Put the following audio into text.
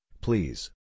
please